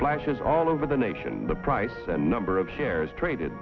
flashes all over the nation the price the number of shares traded